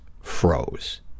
froze